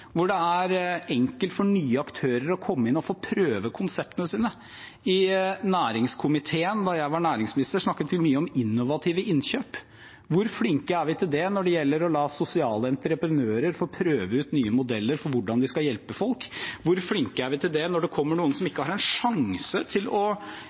hvor det er enkelt for nye aktører å komme inn og få prøve konseptene sine. I næringskomiteen snakket vi mye om innovative innkjøp da jeg var næringsminister. Hvor flinke er vi til det når det gjelder å la sosiale entreprenører få prøve ut nye modeller for hvordan de skal hjelpe folk? Hvor flinke er vi til det når det kommer noen som ikke har en sjanse til å